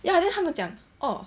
ya then 他们讲哦